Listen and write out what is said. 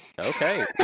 okay